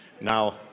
now